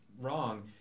wrong